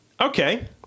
Okay